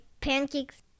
pancakes